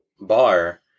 bar